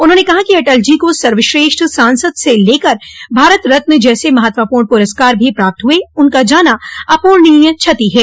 उन्होंने कहा कि अटल जी को सर्वश्रेष्ठ सांसद से लेकर भारत रत्न जैसे महत्वपूर्ण पुरस्कार भो प्राप्त हुए उनका जाना अपूरणीय क्षति है